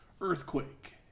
Earthquake